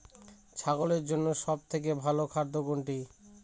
ছাগলের জন্য সব থেকে ভালো খাদ্য কোনটি?